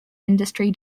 industry